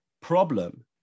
problem